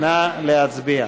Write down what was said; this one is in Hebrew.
נא להצביע.